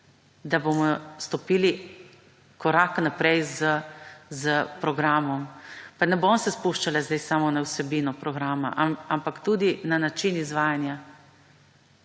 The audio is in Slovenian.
da bomo stopili korak naprej s programom. Pa ne bom se spuščala zdaj samo na vsebino programa, ampak tudi na način izvajanja.